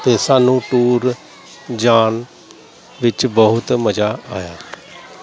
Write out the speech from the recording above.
ਅਤੇ ਸਾਨੂੰ ਟੂਰ ਜਾਣ ਵਿੱਚ ਬਹੁਤ ਮਜ਼ਾ ਆਇਆ